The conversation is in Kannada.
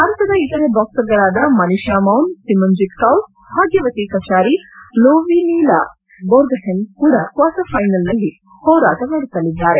ಭಾರತದ ಇತರ ಬಾಕ್ಸರ್ಗಳಾದ ಮನಿತಾ ಮೌನ್ ಸಿಮನ್ಜಿತ್ ಕೌರ್ ಭಾಗ್ದವತಿ ಕಚಾರಿ ಲೋವಿಲಿನಾ ಬೊರ್ಗಹೆನ್ ಕೂಡ ಕ್ವಾರ್ಟರ್ ಫೈನಲ್ನಲ್ಲಿ ಹೋರಾಟ ನಡೆಸಲಿದ್ದಾರೆ